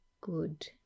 good